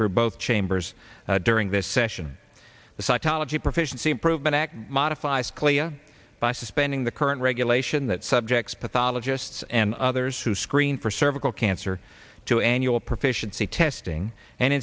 through both chambers during this session the psychology proficiency improvement act modifies clia by suspending the current regulation that subjects pathologists and others who screen for cervical cancer to annual proficiency testing and